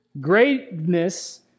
Greatness